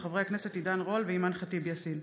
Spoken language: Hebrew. תודה.